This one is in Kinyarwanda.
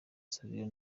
savio